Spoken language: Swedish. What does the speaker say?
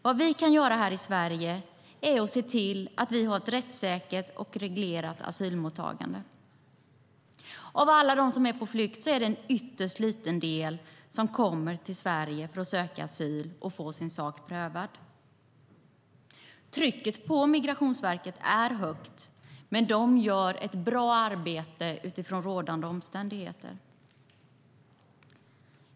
Vad vi kan göra här i Sverige är att se till att vi har ett rättssäkert och reglerat asylmottagande. Av alla dem som är på flykt är det en ytterst liten del som kommer till Sverige för att söka asyl och få sin sak prövad. Trycket på Migrationsverket är högt, men de gör ett bra arbete utifrån rådande omständigheter.